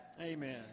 Amen